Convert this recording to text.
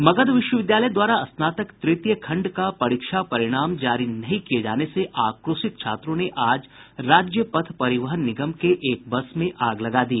मगध विश्वविद्यालय द्वारा स्नातक तृतीय खंड का परीक्षा परिणाम जारी नहीं किये जाने से आक्रोशित छात्रों ने आज राज्य पथ परिवहन निगम के एक बस में आग लगा दी